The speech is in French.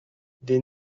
des